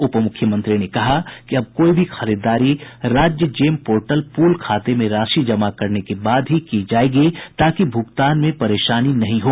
उप मुख्यमंत्री ने कहा कि अब कोई भी खरीददारी राज्य जेम पोर्टल पुल खाते में राशि जमा करने के बाद ही की जायेगी ताकि भुगतान में परेशानी नहीं हो